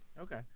Okay